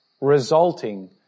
resulting